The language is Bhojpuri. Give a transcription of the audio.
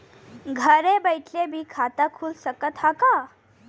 घरे बइठले भी खाता खुल सकत ह का?